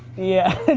yeah,